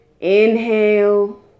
inhale